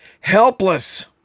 helpless